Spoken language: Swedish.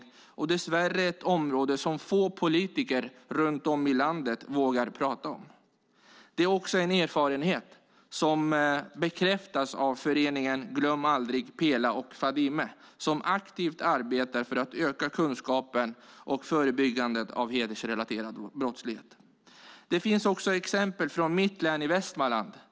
Detta är dess värre ett område som få politiker runt om i landet vågar prata om. Det är också en erfarenhet som bekräftas av föreningen Glöm aldrig Pela och Fadime. De arbetar aktivt för att öka kunskapen om och förebyggandet av hedersrelaterad brottslighet. Det finns också exempel från mitt län Västmanland.